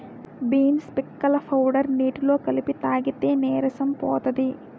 beans పిక్కల powder నీటిలో కలిపి తాగితే నీరసం పోతది